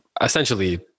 essentially